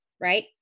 right